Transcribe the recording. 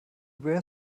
were